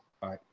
Bye